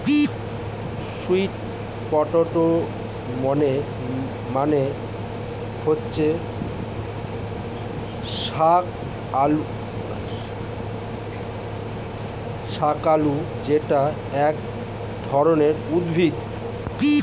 sweet potato মানে হচ্ছে শাকালু যেটা এক ধরনের উদ্ভিদ